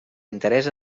interès